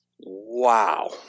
Wow